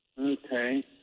Okay